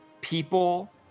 people